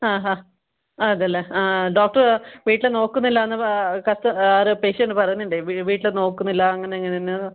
ആഹാ അതെല്ലേ ആ ഡോക്ടർ വീട്ടിൽ നോക്കുന്നില്ല എന്നു കസ്റ്റ ഒരു പേഷ്യൻറ്റ് പറയുന്നുണ്ട് വീട്ടിൽ നോക്കുന്നില്ല അങ്ങനിങ്ങനെ എന്നു